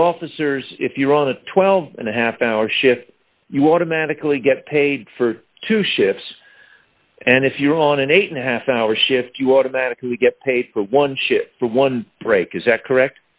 the officers if you're on a twelve and a half hour shift you automatically get paid for two shifts and if you're on an eight and a half hour shift you automatically get paid for one ship for one brake is that correct